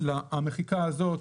לגבי המחיקה הזאת,